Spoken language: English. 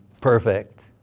perfect